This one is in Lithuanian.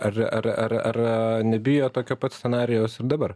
ar ar ar ar nebijo tokio pat scenarijaus ir dabar